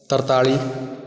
ਤਰਤਾਲੀ